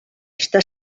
està